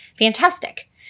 fantastic